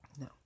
No